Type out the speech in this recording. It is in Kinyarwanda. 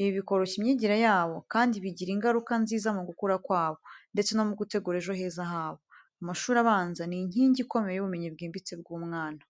Ibi bikoroshya imyigire yabo kandi bigira ingaruka nziza mu gukura kwabo, ndetse no mu gutegura ejo heza habo. Amashuri abanza ni inkingi ikomeye y’ubumenyi bwimbitse bw’umwana.